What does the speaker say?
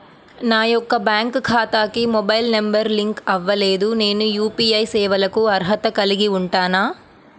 నా యొక్క బ్యాంక్ ఖాతాకి మొబైల్ నంబర్ లింక్ అవ్వలేదు నేను యూ.పీ.ఐ సేవలకు అర్హత కలిగి ఉంటానా?